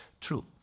true